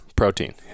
protein